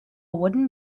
wooden